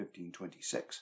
1526